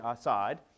side